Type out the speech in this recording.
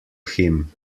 him